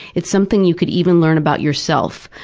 it's something you could even learn about yourself.